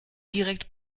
direkt